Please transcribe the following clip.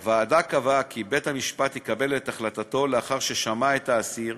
הוועדה קבעה כי בית-המשפט יקבל את החלטתו לאחר ששמע את האסיר,